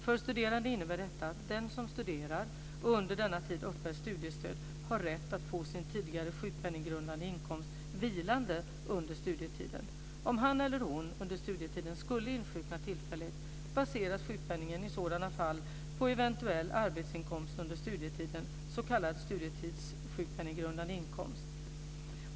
För studerande innebär detta att den som studerar och under denna tid uppbär studiestöd har rätt att få sin tidigare sjukpenninggrundande inkomst "vilande" under studietiden. Om han eller hon under studietiden skulle insjukna tillfälligt baseras sjukpenningen i sådana fall på eventuell arbetsinkomst under studietiden, s.k. studietids-SGI.